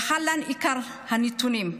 להלן עיקר הנתונים: